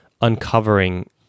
uncovering